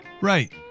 Right